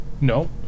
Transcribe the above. No